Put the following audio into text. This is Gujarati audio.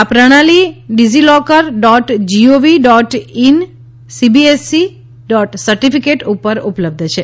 આ પ્રણાલી DigiLocker dot G O V dot in CBSE dot certificate ઉપર ઉપલબ્ધ છે